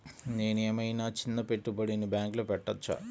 నేను ఏమయినా చిన్న పెట్టుబడిని బ్యాంక్లో పెట్టచ్చా?